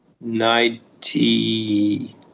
ninety